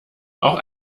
auch